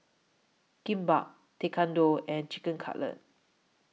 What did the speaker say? Kimbap Tekkadon and Chicken Cutlet